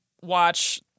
watch